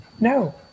No